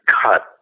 cut